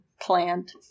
plant